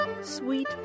Sweet